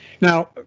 Now